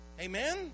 Amen